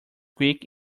quick